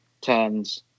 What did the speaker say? turns